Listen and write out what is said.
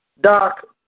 Doc